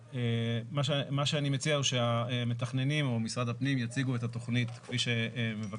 מה שאני מציע הוא שהמתכננים או משרד הפנים יציגו את התכנית כפי שמבקשים,